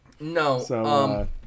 No